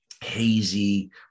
hazy